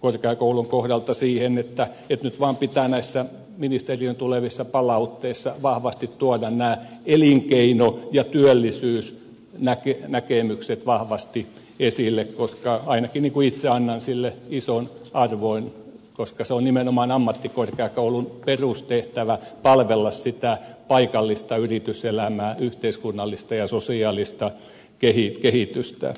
korkeakoulun kohdalta siihen että nyt vaan pitää näissä ministeriön tulevissa palautteissa vahvasti tuoda nämä elinkeino ja työllisyysnäkemykset vahvasti esille koska ainakin itse annan sille ison arvon koska on nimenomaan ammattikorkeakoulun perustehtävä palvella sitä paikallista yrityselämää yhteiskunnallista ja sosiaalista kehitystä